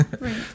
right